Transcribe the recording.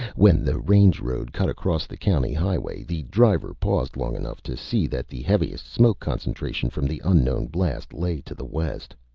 when the range road cut across the county highway, the driver paused long enough to see that the heaviest smoke concentrations from the unknown blast lay to the west.